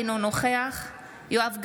אינו נוכח יואב גלנט,